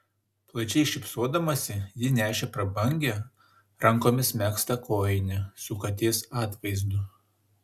plačiai šypsodamasi ji nešė prabangią rankomis megztą kojinę su katės atvaizdu